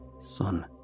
Son